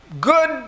good